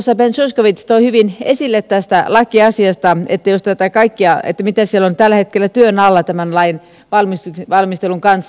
tuossa ben zyskowicz toi hyvin esille tästä lakiasiasta mitä siellä on tällä hetkellä työn alla tämän lain valmistelun kanssa